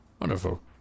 Wonderful